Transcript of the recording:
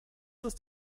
ist